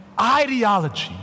ideology